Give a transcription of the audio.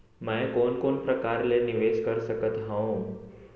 मैं कोन कोन प्रकार ले निवेश कर सकत हओं?